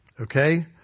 Okay